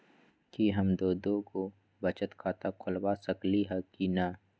कि हम दो दो गो बचत खाता खोलबा सकली ह की न?